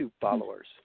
followers